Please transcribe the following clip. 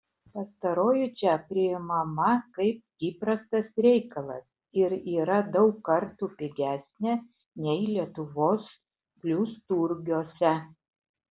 pastaroji čia priimama kaip įprastas reikalas ir yra daug kartų pigesnė nei lietuvos blusturgiuose